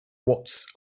watts